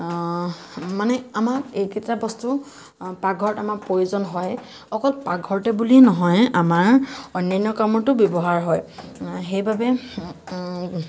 মানে আমাক এই কেইটা বস্তু পাকঘৰত আমাক প্ৰয়োজন হয় অকল পাকঘৰতে বুলি নহয় আমাৰ অন্যান্য কামতো ব্যৱহাৰ হয় সেইবাবে